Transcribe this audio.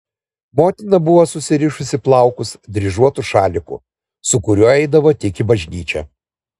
motina buvo susirišusi plaukus dryžuotu šaliku su kuriuo eidavo tik į bažnyčią